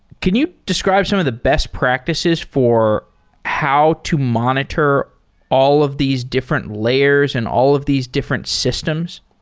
can you describe some of the best practices for how to monitor all of these different layers and all of these different systems?